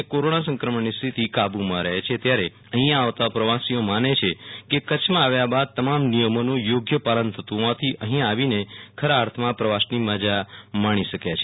અને કોરોના સંક્રમણની સ્થિતિ કાબુ માં રહે છે ત્યારે અહીયા આવતા પ્રવાસીઓ માને છે કે કચ્છમાં આવ્યા બાદ તમામ નિયમોનું પાલન થતું હોવાથી અહીંથા આવીને ખરા અર્થમાં પ્રવાસની મજા માણી શક્યા છે